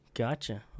Gotcha